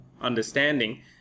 understanding